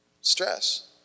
Stress